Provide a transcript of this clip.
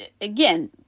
again